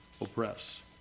oppress